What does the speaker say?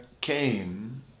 came